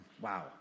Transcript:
wow